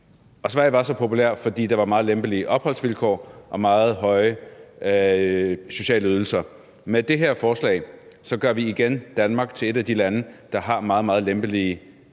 Sverige var så populært, fordi der var meget lempelige opholdsvilkår og meget høje sociale ydelser. Med det her forslag gør vi igen Danmark til et af de lande, der har meget, meget lempelige opholdsvilkår.